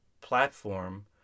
platform